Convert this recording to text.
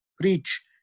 preach